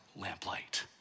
lamplight